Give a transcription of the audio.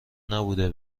نبوده